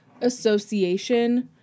association